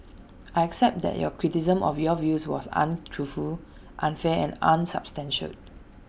I accept that your criticism of your views was untruthful unfair and unsubstantiated